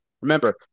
Remember